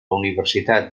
universitat